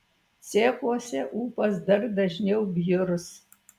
cechuose ūpas dar dažniau bjurs